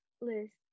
list